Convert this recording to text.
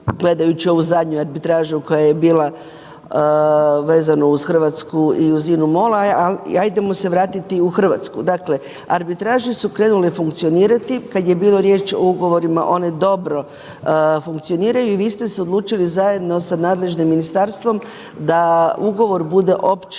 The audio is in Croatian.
gledajući ovu zadnju arbitražu koja je bila vezano uz Hrvatsku i uz INA MOL. Ali hajdemo se vratiti u Hrvatsku. Dakle, arbitraže su krenule funkcionirati kad je bilo riječ o ugovorima one dobro funkcioniraju i vi ste se odlučili zajedno sa nadležnim ministarstvom da ugovor bude opći,